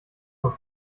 vom